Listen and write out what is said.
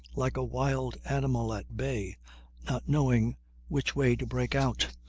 like a wild animal at bay not knowing which way to break out.